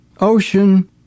Ocean